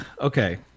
okay